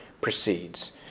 proceeds